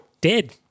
Dead